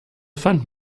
fand